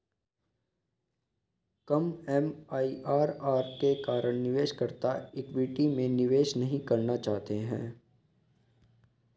कम MIRR के कारण निवेशकर्ता इक्विटी में निवेश नहीं करना चाहते हैं